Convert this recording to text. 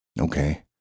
Okay